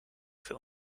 für